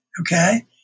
Okay